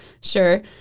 sure